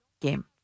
game